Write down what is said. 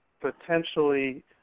potentially